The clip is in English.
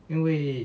因为